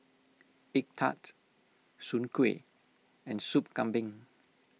Egg Tart Soon Kway and Soup Kambing